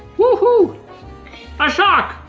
woohoo a sock!